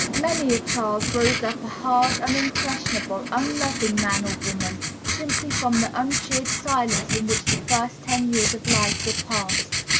many a child grows up a hard, unimpressionable, unloving man or woman simply from the uncheered silence in which the first ten years of life were passed.